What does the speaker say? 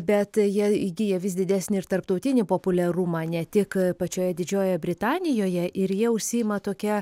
bet ji įgyja vis didesnį ir tarptautinį populiarumą ne tik pačioje didžiojoje britanijoje ir jie užsiima tokia